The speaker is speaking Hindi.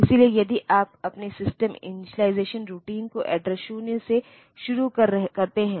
अब कठिनाई यह है कि उनऑप्टीमाइज़्ड ट्रांसलेशन के कई क्षेत्र हैं